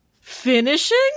finishing